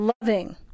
loving